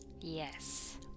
Yes